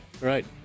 right